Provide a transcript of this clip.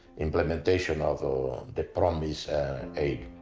implementation of the the promised aid.